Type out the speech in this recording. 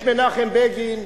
את מנחם בגין,